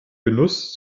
genuss